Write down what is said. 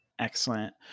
Excellent